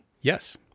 yes